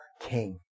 king